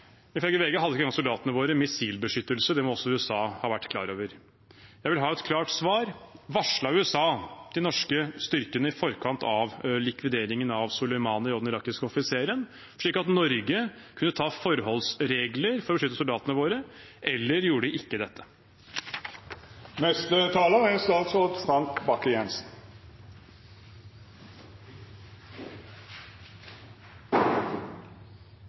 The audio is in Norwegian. Ifølge VG hadde soldatene våre ikke engang missilbeskyttelse. Det må også USA ha vært klar over. Jeg vil ha et klart svar: Varslet USA de norske styrkene i forkant av likvideringen av Soleimani og den irakiske offiseren, slik at Norge kunne ta forholdsregler for å beskytte soldatene våre, eller gjorde de det ikke?